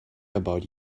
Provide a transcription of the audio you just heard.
about